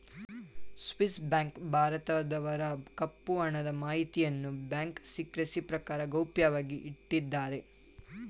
Swiss bank ಭಾರತದವರ ಕಪ್ಪು ಹಣದ ಮಾಹಿತಿಯನ್ನು ಬ್ಯಾಂಕ್ ಸಿಕ್ರೆಸಿ ಪ್ರಕಾರ ಗೌಪ್ಯವಾಗಿ ಇಟ್ಟಿದ್ದಾರೆ